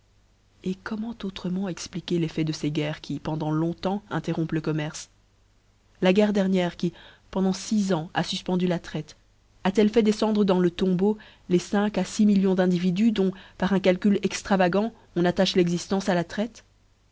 et comment autrement expliquer l'effet de ces guerres qui pendant longtemps interrompent le commerce la guerre dernière qui pendant fix ans a fufpendu la traite a t ellefait descendre dans le tombeau les cinq à fix millions d'individus dont par un calcul extravagant on attache l'exiftence à la traite